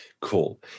cool